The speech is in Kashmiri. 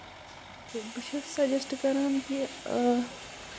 تہٕ بہٕ چھَس سَجٮ۪سٹ کران کہِ اۭں